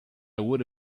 would